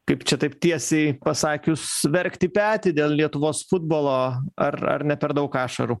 kaip čia taip tiesiai pasakius verkt į petį dėl lietuvos futbolo ar ar ne per daug ašarų